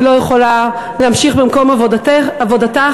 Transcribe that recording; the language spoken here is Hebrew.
היא לא יכולה להמשיך במקום עבודתה.